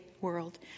world